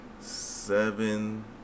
seven